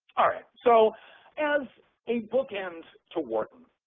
all right. so as a bookend to wharton,